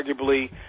arguably